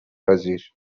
پذیر